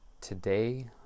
today